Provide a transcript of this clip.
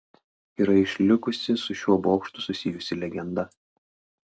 yra išlikusi su šiuo bokštu susijusi legenda